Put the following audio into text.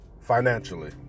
financially